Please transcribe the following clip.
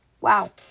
wow